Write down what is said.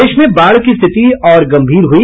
प्रदेश में बाढ़ की स्थिति और गंभीर हुई